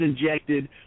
injected